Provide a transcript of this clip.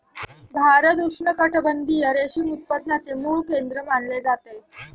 भारत उष्णकटिबंधीय रेशीम उत्पादनाचे मूळ केंद्र मानले जाते